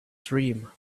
dream